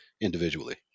individually